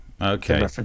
Okay